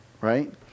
right